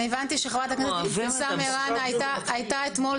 אני הבנתי שחברת הכנסת איבתיסאם מראענה הייתה אתמול,